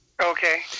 Okay